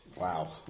Wow